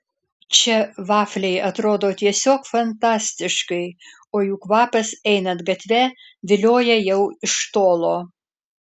čia vafliai atrodo tiesiog fantastiškai o jų kvapas einant gatve vilioja jau iš tolo